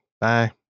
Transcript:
Bye